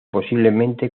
posiblemente